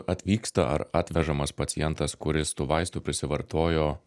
atvyksta ar atvežamas pacientas kuris tų vaistų prisivartojo